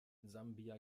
sambia